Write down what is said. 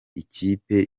ikipe